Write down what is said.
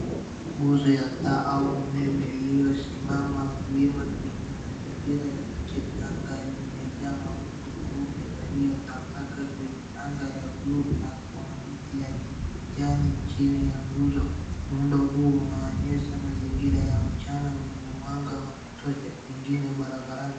Nguzo ya taa au umeme iliyosimama wima kwenye mazingira ya nje. Anga limejaa mawingu meupe yaliyotapakaa kwenye anga ya buluu. Na kuna mti ya kijani chini ya nguzo. Muundo huu unaonyesha mazingira ya mchana wenye mwanga wa kutosha wengine barabarani.